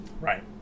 right